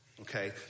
Okay